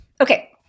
okay